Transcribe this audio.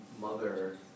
mother